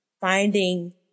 finding